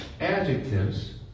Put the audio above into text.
adjectives